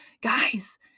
guys